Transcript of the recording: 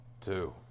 Two